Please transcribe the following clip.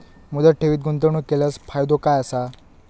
मुदत ठेवीत गुंतवणूक केल्यास फायदो काय आसा?